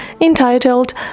entitled